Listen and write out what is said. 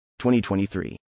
2023